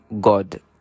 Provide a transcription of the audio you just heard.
god